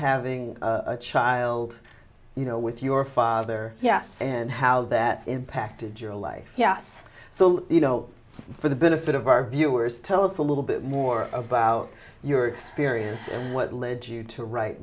having a child you know with your father yes and how that impacted your life yes so for the benefit of our viewers tell us a little bit more about your experience what led you to write